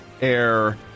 Air